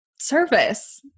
service